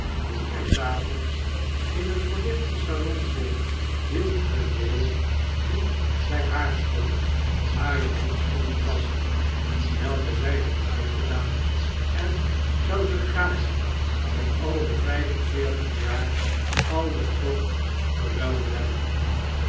toen zij savonds in het verlichte salon zong hield vendale die by haar stond hare handschoenen vast welke zy had uitgedaan en zou ze gaarne voor al den vyf en veertig jaar ouden port verruild hebben